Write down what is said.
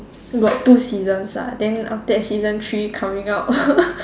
got two seasons ah then after that season three coming out